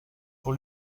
pour